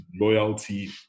loyalty